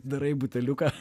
darai buteliuką